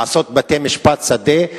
לעשות בתי-משפט שדה,